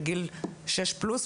לגיל שש פלוס,